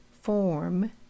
form